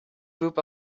group